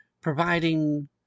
providing